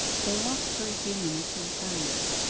they walked for a few minutes in silence,